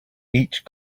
each